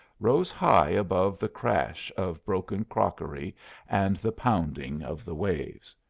rose high above the crash of broken crockery and the pounding of the waves.